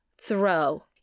throw